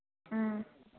ꯎꯝ